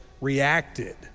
reacted